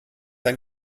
ein